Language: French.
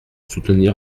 soutenir